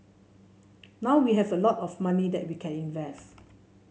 now we have a lot of money that we can invest